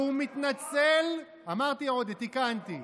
והוא מתנצל, אמרתי עוֹדֶה, תיקנתי.